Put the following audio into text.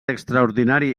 extraordinari